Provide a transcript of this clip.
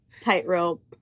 tightrope